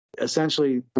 essentially